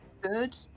good